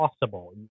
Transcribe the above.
possible